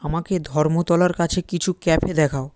আমাকে ধর্মতলার কাছে কিছু ক্যাফে দেখাও